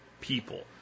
people